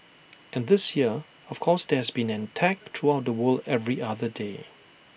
and this year of course there has been an attack throughout the world every other day